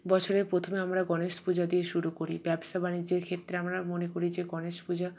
বছরের প্রথমে আমরা গনেশ পূজা দিয়ে শুরু করি ব্যবসা বাণিজ্যের ক্ষেত্রে আমরা মনে করি যে গনেশ পূজা